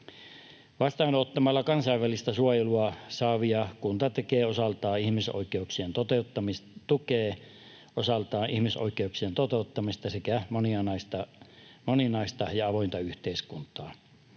Vastaanottamalla kansainvälistä suojelua saavia kunta tukee osaltaan ihmisoikeuksien toteuttamista sekä moninaista ja avointa yhteiskuntaa.